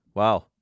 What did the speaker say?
Wow